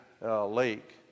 lake